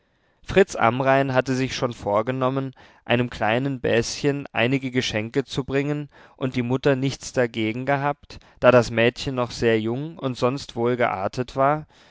fritz amrain hatte sich schon vorgenommen einem kleinen bäschen einige geschenke zu bringen und die mutter nichts dagegen gehabt da das mädchen noch sehr jung und sonst wohlgeartet war